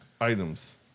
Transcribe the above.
Items